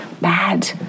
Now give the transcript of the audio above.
bad